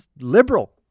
liberal